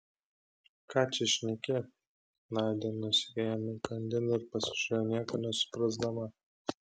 ką čia šneki nadia nusekė jam įkandin ir pasižiūrėjo nieko nesuprasdama